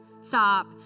stop